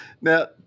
Now